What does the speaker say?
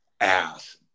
ass